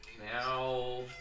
Now